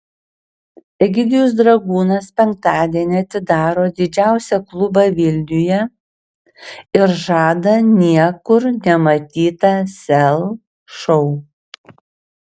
egidijus dragūnas penktadienį atidaro didžiausią klubą vilniuje ir žada niekur nematytą sel šou